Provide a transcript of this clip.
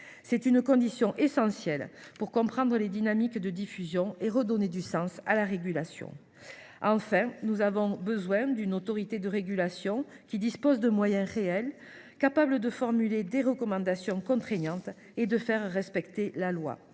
C’est une condition essentielle pour comprendre les dynamiques de diffusion et redonner du sens à la régulation. Enfin, nous avons besoin d’une autorité de régulation disposant de moyens réels, capable de formuler des recommandations contraignantes et de faire respecter la loi.